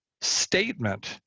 statement